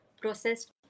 processed